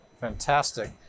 Fantastic